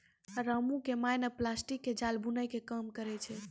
रामू के माय नॅ प्लास्टिक के जाल बूनै के काम करै छै